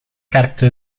character